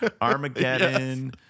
Armageddon